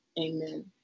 Amen